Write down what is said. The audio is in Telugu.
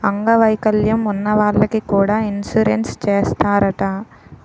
అంగ వైకల్యం ఉన్న వాళ్లకి కూడా ఇన్సురెన్సు చేస్తారట